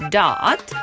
Dot